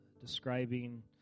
describing